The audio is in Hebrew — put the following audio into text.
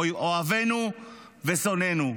אוהבינו ושונאינו.